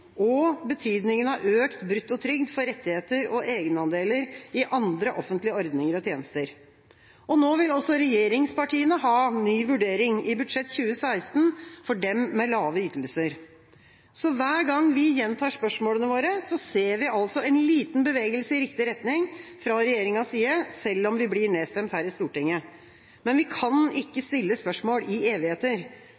og betydninga av økt bruttotrygd for rettigheter og egenandeler i andre offentlige ordninger og tjenester. Nå vil også regjeringspartiene ha ny vurdering i budsjett 2016 for dem med lave ytelser. Hver gang vi gjentar spørsmålene våre, ser vi altså en liten bevegelse i riktig retning fra regjeringas side, selv om vi blir nedstemt her i Stortinget. Men vi kan ikke stille spørsmål i evigheter,